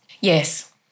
Yes